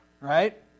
right